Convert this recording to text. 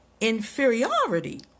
inferiority